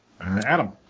Adam